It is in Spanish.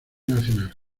nacional